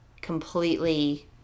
completely